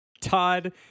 Todd